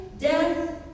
death